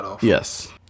Yes